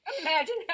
Imagine